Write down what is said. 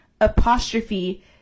apostrophe